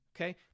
Okay